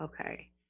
Okay